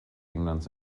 englands